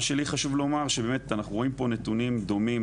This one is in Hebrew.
מה שלי חשוב לומר שבאמת אנחנו רואים פה נתונים דומים